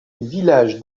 village